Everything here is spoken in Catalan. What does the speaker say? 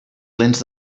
lents